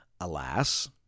Alas